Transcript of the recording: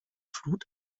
flut